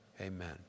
Amen